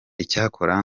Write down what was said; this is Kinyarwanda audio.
icyakora